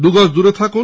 দু গজ দূরে থাকুন